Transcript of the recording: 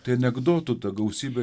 tai anekdotų ta gausybė